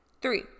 Three